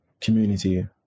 community